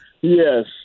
Yes